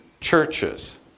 churches